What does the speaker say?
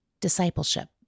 Discipleship